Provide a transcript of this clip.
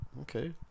Okay